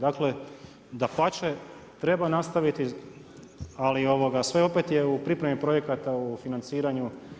Dakle dapače, treba nastaviti ali sve opet je u pripremi projekata, u financiranju.